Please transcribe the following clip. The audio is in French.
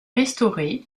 restauré